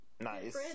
nice